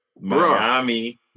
Miami